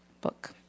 book